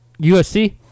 USC